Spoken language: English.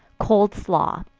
cold slaw.